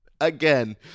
Again